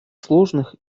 сложных